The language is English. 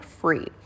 free